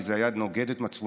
כי זה היה נוגד את מצפונם,